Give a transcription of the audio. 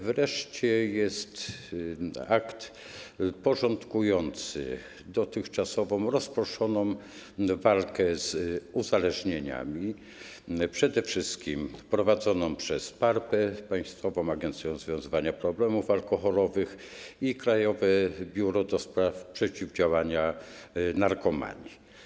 Wreszcie jest akt porządkujący dotychczasową rozproszoną walkę z uzależnieniami, przede wszystkim prowadzoną przez PARP-ę, Państwową Agencję Rozwiązywania Problemów Alkoholowych, i Krajowe Biuro do Spraw Przeciwdziałania Narkomanii.